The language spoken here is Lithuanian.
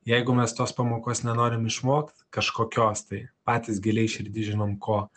jeigu mes tos pamokos nenorim išmokt kažkokios tai patys giliai širdy žinom ko